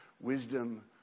wisdom